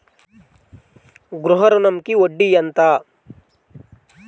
గృహ ఋణంకి వడ్డీ ఎంత?